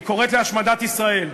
היא קוראת להשמדת ישראל,